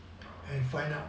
and find out